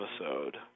episode